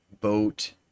boat